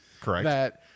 Correct